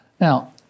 Now